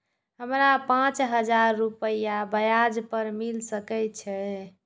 हमरा पाँच हजार रुपया ब्याज पर मिल सके छे?